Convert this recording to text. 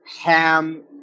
ham